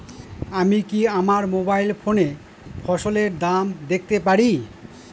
আমি কি আমার মোবাইল ফোনে ফসলের দাম দেখতে পারি?